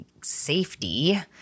safety